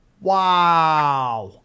Wow